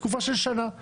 תקופה של שנה.